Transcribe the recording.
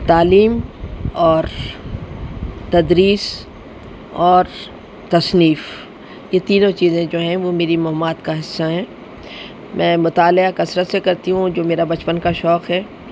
تعلیم اور تدریس اور تصنیف یہ تینوں چیزیں جو ہیں وہ میری مہمات کا حصہ ہیں میں مطالعہ کثرت سے کرتی ہوں جو میرا بچپن کا شوق ہے